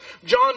John